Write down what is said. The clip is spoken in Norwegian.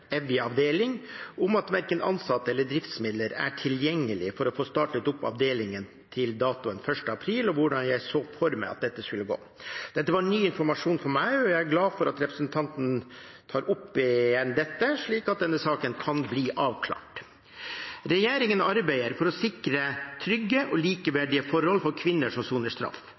om at verken ansatte eller driftsmidler er tilgjengelige for å få startet opp avdelingen til datoen 1. april, og om hvordan jeg så for meg at dette skulle gå. Dette var ny informasjon for meg, og jeg er glad for at representanten tar dette opp igjen, slik at denne saken kan bli avklart. Regjeringen arbeider for å sikre trygge og likeverdige forhold for kvinner som soner straff.